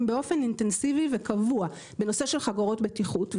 באופן אינטנסיבי וקבוע בנושא של חגורות בטיחות,